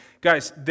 Guys